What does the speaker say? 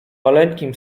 maleńkim